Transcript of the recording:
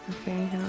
Okay